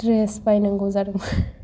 dress बायनांगौ जादोंमोन